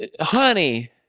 honey